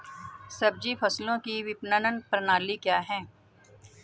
सब्जी फसलों की विपणन प्रणाली क्या है?